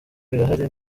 birahari